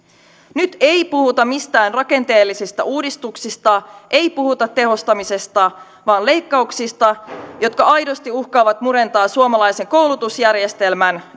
nyt ei puhuta mistään rakenteellisista uudistuksista ei puhuta tehostamisesta vaan leikkauksista jotka aidosti uhkaavat murentaa suomalaisen koulutusjärjestelmän